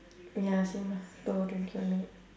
ya same lah two hour twenty one minute